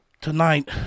Tonight